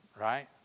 Right